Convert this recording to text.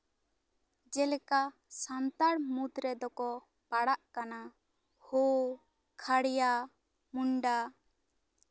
ᱡᱮᱞᱮᱠᱟ ᱥᱟᱱᱛᱟᱲ ᱢᱩᱫᱽ ᱨᱮᱫᱚ ᱠᱚ ᱯᱟᱲᱟᱜ ᱠᱟᱱᱟ ᱦᱳ ᱠᱷᱟᱲᱤᱭᱟ ᱢᱩᱱᱰᱟ